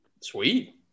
Sweet